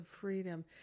freedom